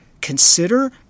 Consider